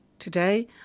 Today